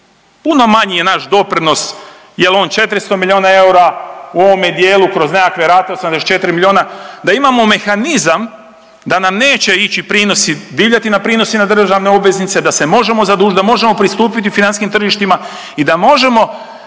Puno je manji naš doprinos, jel on 400 miliona eura u ovome dijelu kroz nekakve rate 84 miliona, da imamo mehanizam da nam neće ići prinosi, divljati na prinosi na državne obveznice, da se možemo zadužiti, da možemo pristupiti financijskim tržištima i da možemo